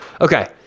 okay